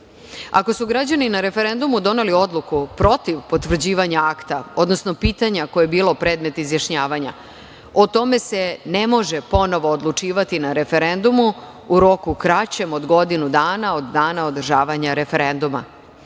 su građani na referendumu doneli odluku protiv potvrđivanja akta, odnosno pitanja koje je bilo predmet izjašnjavanja, o tome se ne može ponovo odlučivati na referendumu u roku kraćem od godinu dana od dana održavanja referenduma. Odluka